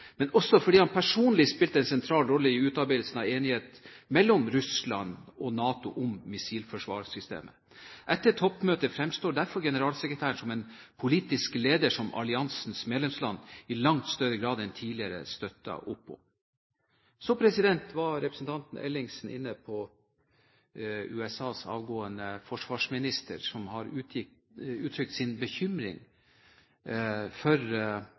også fordi han personlig spilte en sentral rolle i utarbeidelsen av enigheten mellom Russland og NATO om missilforsvarssystemet. Etter toppmøtet fremstår derfor generalsekretæren som en politisk leder som alliansens medlemsland i langt større grad enn tidligere støtter opp om. Så var representanten Ellingsen inne på USAs avtroppende forsvarsminister, som har uttrykt sin bekymring for